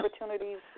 opportunities